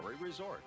resort